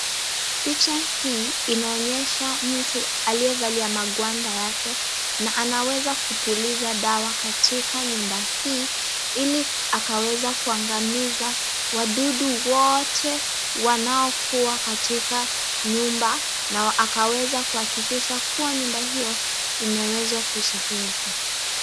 Picha hii inaonyesha mtu aliyevalia magwanda yake, na anaweza kupuliza dawa katika nyumba hii, ili akaweza kuangamiza wadudu wote wanaokuwa katika nyumba na akaweze kuhakikishia kuwa nyumba hiyo imewezwa kusafirishwa.